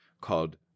called